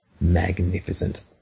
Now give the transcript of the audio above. magnificent